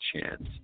chance